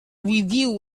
review